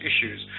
issues